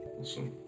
Awesome